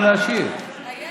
לא קוראים קריאות ביניים בעמידה.